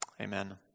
Amen